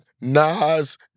Nas